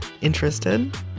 Interested